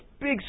Big